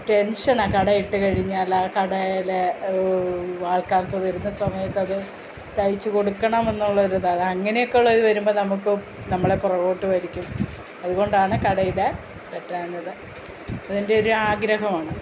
ടെൻഷനാണ് കടയിട്ടു കഴിഞ്ഞാലാണ് കടയിൽ ആൾക്കാരൊക്കെ വരുന്ന സമയത്ത് തയ്ച്ചുകൊടുക്കണം എന്നൊള്ളൊരു ഇതാ അതങ്ങനെകൊള്ള ഇതു വരുമ്പോൾ നമുക്കും നമ്മളെ പുറകോട്ടു വലിക്കും അതുകൊണ്ടാണ് കടയിടാൻ പറ്റാഞ്ഞത് അതെൻ്റെ ഒരു ആഗ്രഹമാണ്